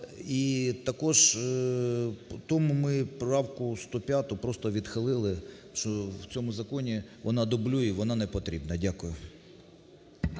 тому ми правку 105 просто відхилили, що в цьому законі вона дублює і вона не потрібна. Дякую.